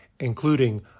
Including